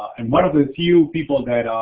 and one of the few people that i